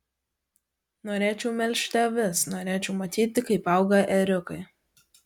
norėčiau melžti avis norėčiau matyti kaip auga ėriukai